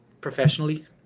professionally